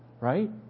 Right